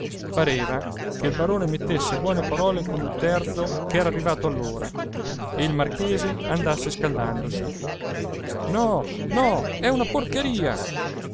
pareva che il barone mettesse buone parole con un terzo che era arrivato allora e il marchese andasse scaldandosi no no è una porcheria